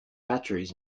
batteries